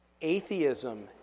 Atheism